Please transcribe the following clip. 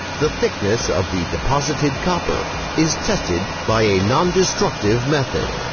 the thickness of the deposited copper is tested by a non-destructive method.